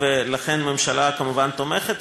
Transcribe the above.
לכן, הממשלה כמובן תומכת.